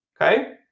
Okay